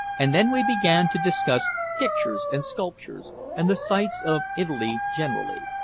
and then we began to discuss pictures and sculptures and the sights of italy generally.